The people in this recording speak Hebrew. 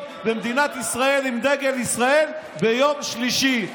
במדינת ישראל עם דגל ישראל ביום שלישי.